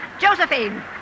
Josephine